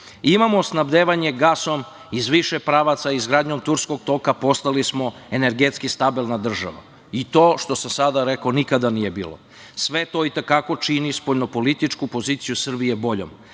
Imamo snabdevanje gasom iz više pravaca. Izgradnjom Turskog toka postali smo energetski stabilna država. To što sam sada rekao - nikada nije bilo. Sve to i te kako čini spoljnopolitičku poziciju Srbije boljom,